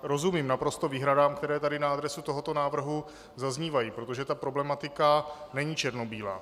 Rozumím naprosto výhradám, které tady na adresu tohoto návrhu zaznívají, protože ta problematika není černobílá.